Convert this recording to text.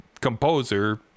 composer